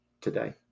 today